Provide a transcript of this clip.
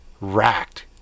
racked